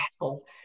battle